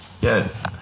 yes